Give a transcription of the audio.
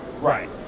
Right